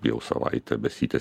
jau savaitę besitęsianti